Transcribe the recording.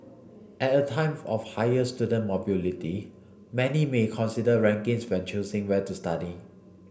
at a time of higher student mobility many may consider rankings when choosing where to study